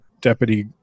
deputy